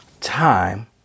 Time